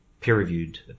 peer-reviewed